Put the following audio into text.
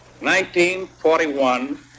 1941